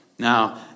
Now